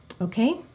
okay